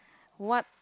what